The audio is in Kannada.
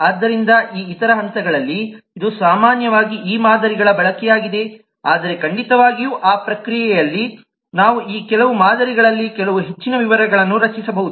ಆದ್ದರಿಂದ ಈ ಇತರ ಹಂತಗಳಲ್ಲಿ ಇದು ಸಾಮಾನ್ಯವಾಗಿ ಈ ಮಾದರಿಗಳ ಬಳಕೆಯಾಗಿದೆ ಆದರೆ ಖಂಡಿತವಾಗಿಯೂ ಆ ಪ್ರಕ್ರಿಯೆಯಲ್ಲಿ ನಾವು ಈ ಕೆಲವು ಮಾದರಿಗಳಲ್ಲಿ ಕೆಲವು ಹೆಚ್ಚಿನ ವಿವರಗಳನ್ನು ರಚಿಸಬಹುದು